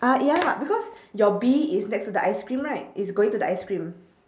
ah ya lah because your bee is next to the ice-cream right it's going to the ice-cream